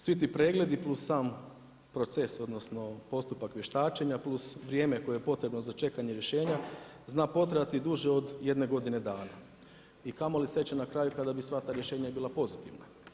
Svi ti pregledi plus sam proces odnosno postupak vještačenja plus vrijeme koje je potrebno za čekanje rješenja zna potrajati duže od 1 godine dana i kamoli sreće na kraju kada bi sva ta rješenja bila pozitivna.